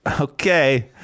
Okay